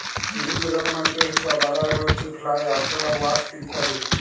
বিভিল্য রকমের পেস্ট বা বালাই হউচ্ছে ফ্লাই, আরশলা, ওয়াস্প ইত্যাদি